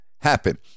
happen